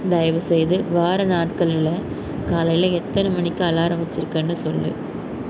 தயவு செய்து வார நாட்களில் காலையில எத்தனை மணிக்கு அலாரம் வச்சுருக்கேன்னு சொல்